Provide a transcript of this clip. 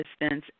distance